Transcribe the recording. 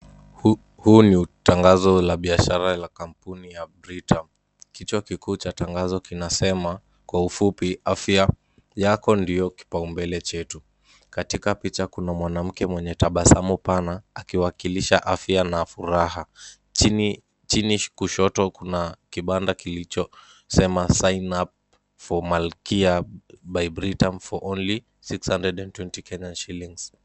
Huku ni tangazo la biashara la kampuni ya Britam. Kichwa kikuu cha tangazo kinasema, kwa ufupi afya yako ndio kipao mbele chetu. Katika picha kuna mwanamke mwenye tabasamu pana akiwakilisha afya na furaha. Chini kushoto kuna kibanda kilichosema sign up for malkia by Britam for only six hundred and twenty kenyan shillings .